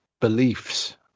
beliefs